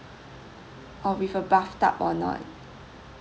or with a bath tub or not